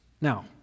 Now